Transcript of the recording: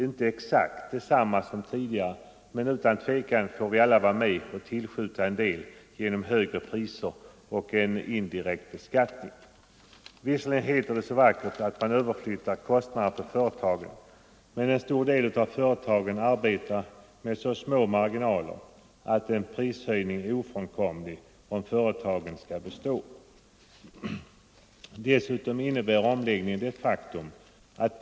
Inte på exakt samma sätt som tidigare, men utan tvivel får vi alla vara med och tillskjuta en del genom högre priser och en indirekt beskattning. Visserligen heter det så vackert att man överflyttar skattekostnaderna på företagen, men en stor del av företagen arbetar med så små marginaler att en prishöjning är ofrånkomlig om företagen skall kunna bestå.